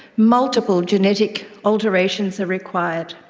multiple genetic alterations are required.